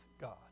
God